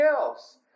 else